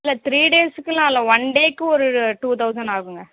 இல்லை த்ரீ டேஸ்க்குலாம் இல்லை ஒன் டேக்கு ஒரு டூ தௌசண்ட் ஆகுங்க